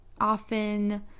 often